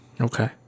Okay